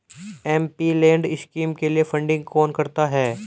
MPLAD scheme के लिए funding कौन करता है?